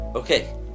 Okay